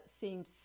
seems